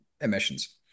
emissions